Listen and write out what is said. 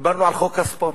דיברנו על חוק הספורט.